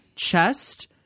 chest